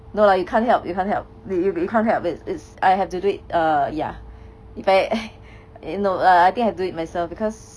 no lah you can't help you can't help you you can't help it's it's I have to do it err ya if I I no I think I do it myself because